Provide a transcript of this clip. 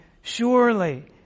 Surely